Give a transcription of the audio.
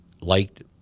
liked